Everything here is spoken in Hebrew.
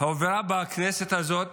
הועברה בכנסת הזאת